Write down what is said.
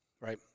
right